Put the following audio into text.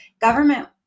government